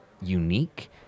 unique